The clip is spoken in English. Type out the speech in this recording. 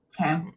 Okay